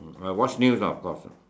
I watch news ah of course